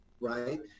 right